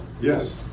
Yes